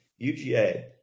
UGA